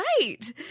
right